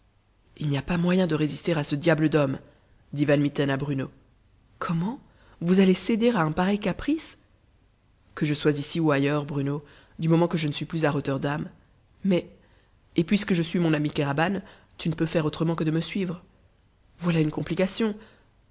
il n'y a pas moyen de résister à ce diable d'homme dit van mitten à bruno comment mon maître vous allez céder à un pareil caprice que je sois ici ou ailleurs bruno du moment que je ne suis plus à rotterdam mais et puisque je suis mon ami kéraban tu ne peux faire autrement que de me suivre voilà une complication